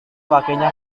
kakinya